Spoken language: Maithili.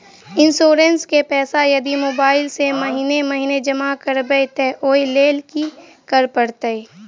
इंश्योरेंस केँ पैसा यदि मोबाइल सँ महीने महीने जमा करबैई तऽ ओई लैल की करऽ परतै?